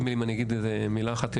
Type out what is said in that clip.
אני אגיד מילה אחת.